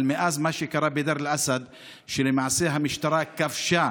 אבל מאז מה שקרה בדיר אל-אסד למעשה המשטרה כבשה